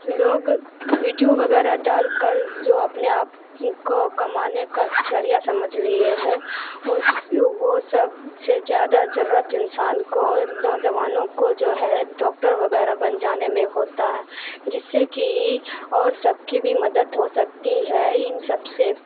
لوگ ویڈیو وغیرہ ڈال کر جو اپنے آپ کو کمانے کا ذریعہ سمجھ لیے ہیں ان وہ سب سے زیادہ ضرورت انسان کو نوجوانوں کو جو ہے ڈاکٹر وغیرہ بن جانے میں ہوتا ہے جس سے کہ اور سب کی بھی مدد ہو سکتی ہے ان سب سے